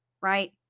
right